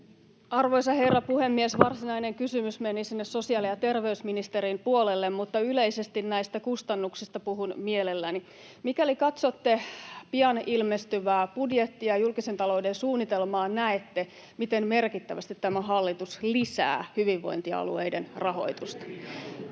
Arvoisa herra puhemies! Varsinainen kysymys meni sinne sosiaali- ja terveysministerin puolelle, mutta yleisesti näistä kustannuksista puhun mielelläni. Mikäli katsotte pian ilmestyvää budjettia ja julkisen talouden suunnitelmaa, näette, miten merkittävästi tämä hallitus lisää hyvinvointialueiden rahoitusta.